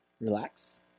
Relax